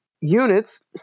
units